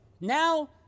Now